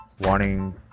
wanting